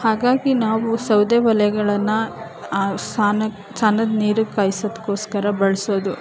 ಹಾಗಾಗಿ ನಾವು ಸೌದೆ ಒಲೆಗಳನ್ನು ಆ ಸ್ನಾನಕ್ ಸ್ನಾನದ್ ನೀರು ಕಾಯಿಸೋದ್ಕೋಸ್ಕರ ಬಳಸೋದು